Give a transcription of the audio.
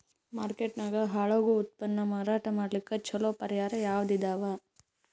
Market ನಾಗ ಹಾಳಾಗೋ ಉತ್ಪನ್ನ ಮಾರಾಟ ಮಾಡಲಿಕ್ಕ ಚಲೋ ಪರಿಹಾರ ಯಾವುದ್ ಇದಾವ?